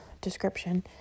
description